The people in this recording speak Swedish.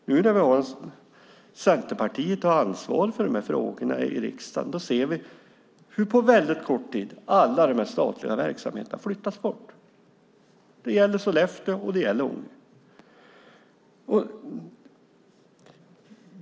Nu när Centerpartiet har ansvar för de här frågorna i riksdagen ser vi hur alla de här statliga verksamheterna på väldigt kort tid flyttas bort. Det gäller Sollefteå, och det gäller Ånge.